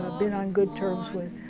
been on good terms with,